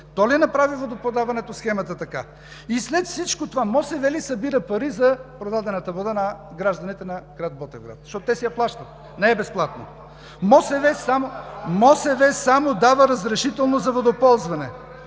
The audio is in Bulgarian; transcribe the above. схемата на водоподаването така? И след всичко това МОСВ ли събира пари за продадената вода на гражданите на Ботевград, защото те си я плащат, не е безплатна? МОСВ само дава разрешително за водоползване!